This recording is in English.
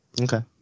Okay